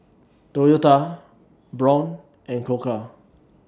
Toyota Braun and Koka